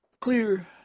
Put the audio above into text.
clear